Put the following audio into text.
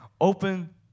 Open